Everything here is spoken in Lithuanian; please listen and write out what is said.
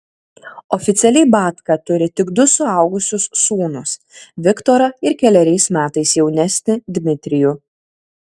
oficialiai batka turi tik du suaugusius sūnus viktorą ir keleriais metais jaunesnį dmitrijų